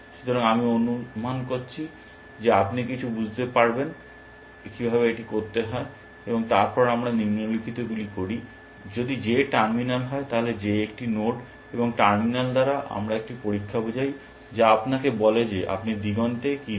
সুতরাং আমি অনুমান করছি যে আপনি কিছু বুঝতে পারবেন কিভাবে এটি করতে হয় এবং তারপর আমরা নিম্নলিখিতগুলি করি যদি J টার্মিনাল হয় তাহলে J একটি নোড এবং টার্মিনাল দ্বারা আমরা একটি পরীক্ষা বোঝাই যা আপনাকে বলে যে আপনি দিগন্তে কি না